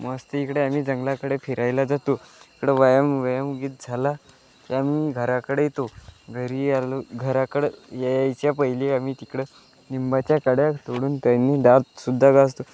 मस्त इकडे आम्ही जंगलाकडे फिरायला जातो इकडं व्यायाम व्यायामगीत झाला ते आम्ही घराकडे येतो घरी आलो घराकडं यायच्या पहिली आम्ही तिकडं लिंबाच्या काड्या तोडून त्यांनी दात सुद्धा घासतो